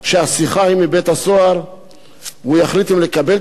והוא יחליט אם לקבל את השיחה הזאת או לא לקבל אותה?